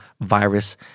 virus